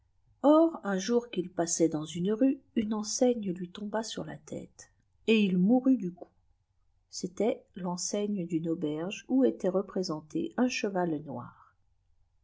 or un jour qu'il passait dans une rue ane enseigne lui tràtba ur la tête et il mourut du coup c'était venaeigob d'une auberge où était représenté un cheval noir